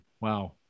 Wow